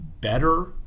better